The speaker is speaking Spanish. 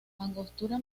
angostura